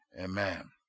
Amen